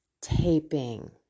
taping